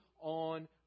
on